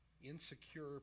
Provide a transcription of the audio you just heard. insecure